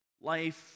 Life